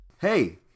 Hey